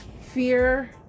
fear